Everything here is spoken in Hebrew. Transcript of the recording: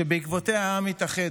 שבעקבותיה העם התאחד.